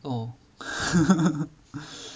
oh